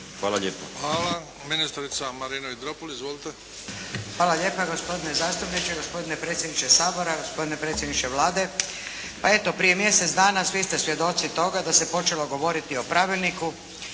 Izvolite. **Matulović-Dropulić, Marina (HDZ)** Hvala lijepa gospodine zastupniče, gospodine predsjedniče Sabora, gospodine predsjedniče Vlade. Pa eto prije mjesec dana svi ste svjedoci toga da se počelo govoriti o pravilniku